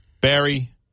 Barry